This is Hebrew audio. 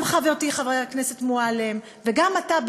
גם חברתי חברת הכנסת מועלם וגם אתה,